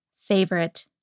favorite